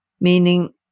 meaning